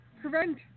Prevent